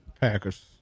Packers